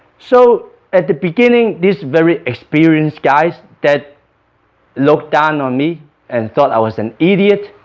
so at the beginning this very experienced guys that looked down on me and thought i was an idiot